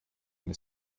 eine